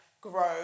grow